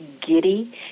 giddy